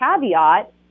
caveat